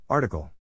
Article